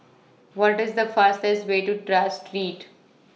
What IS The fastest Way to Tras Street